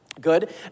Good